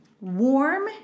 warm